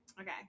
okay